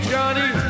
Johnny